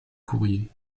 courrier